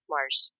Mars